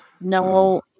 No